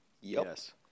Yes